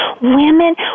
Women